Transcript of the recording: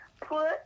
Put